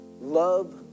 Love